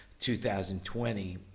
2020